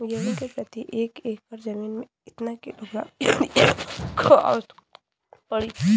गेहूँ के प्रति एक एकड़ में कितना किलोग्राम युरिया क आवश्यकता पड़ी?